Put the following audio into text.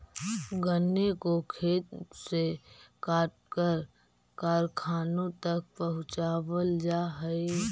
गन्ने को खेत से काटकर कारखानों तक पहुंचावल जा हई